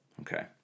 Okay